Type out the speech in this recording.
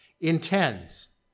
intends